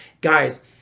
Guys